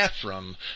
Ephraim